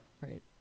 right